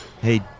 Hey